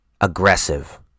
aggressive